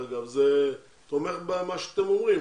זה תומך במה שאתם אומרים,